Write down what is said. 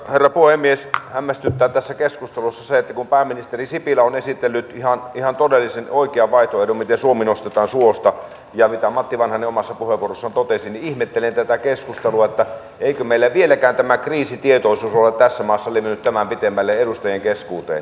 hämmästyttää tässä keskustelussa se että kun pääministeri sipilä on esitellyt ihan todellisen oikean vaihtoehdon miten suomi nostetaan suosta ja mitä matti vanhanen omassa puheenvuorossaan totesi niin eikö meillä vieläkään tämä kriisitietoisuus ole tässä maassa levinnyt tämän pitemmälle edustajien keskuuteen